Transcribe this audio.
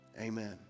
Amen